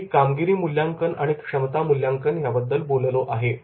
मी कामगिरी मूल्यांकन आणि क्षमता मूल्यांकन याबद्दल बोललेलो आहे